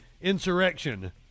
insurrection